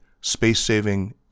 space-saving